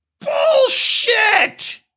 Bullshit